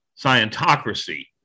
Scientocracy